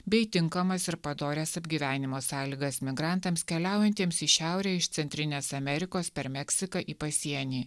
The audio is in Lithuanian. bei tinkamas ir padorias apgyvenimo sąlygas migrantams keliaujantiems į šiaurę iš centrinės amerikos per meksiką į pasienį